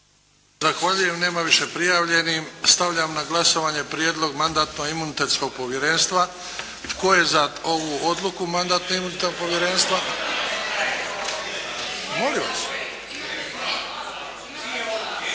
Zahvaljujem. Nema više prijavljenih. Stavljam na glasovanje prijedlog Mandatno-imunitetnog povjerenstva. Tko je za ovu odluku Mandatno-imunitetnog povjerenstva? …/Upadica